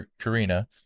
Karina